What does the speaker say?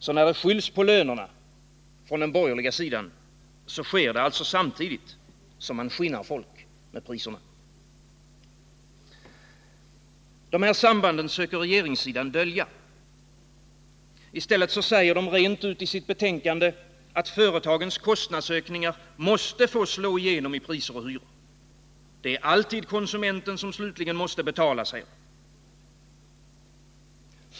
Så när det från den borgerliga sidan skylls på lönerna, sker det samtidigt som man skinnar folk med priserna. Dessa samband söker regeringssidan dölja. I stället säger de borgerliga rent ut i betänkandet att företagens kostnadsökningar måste få slå igenom i priser och hyror. Det är alltid konsumenten som slutligen måste betala, säger man.